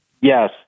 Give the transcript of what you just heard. Yes